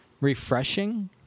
refreshing